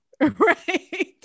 Right